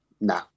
no